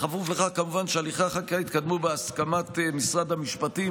בכפוף לכך כמובן שהליכי החקיקה יתקדמו בהסכמת משרד המשפטים,